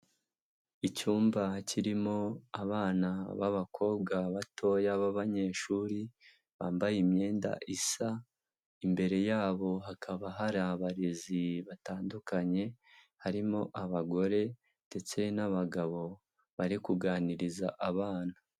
Icyumba kirimo abana b'abakobwa batoya b'abanyeshuri bambaye imyenda isa, imbere yabo hakaba hari abarezi batandukanye, harimo abagore ndetse n'abagabo bari kuganiriza abana.